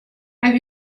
have